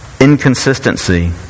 inconsistency